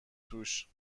توش